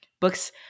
books